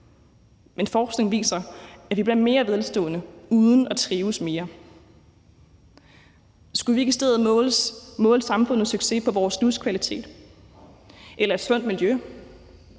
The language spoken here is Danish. men forskning viser, at vi bliver mere velstående uden at trives mere. Skulle vi ikke i stedet måle samfundets succes på vores livskvalitet eller et sundt miljø?